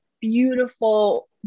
beautiful